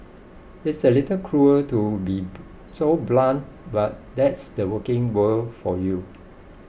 it's a little cruel to be so blunt but that's the working world for you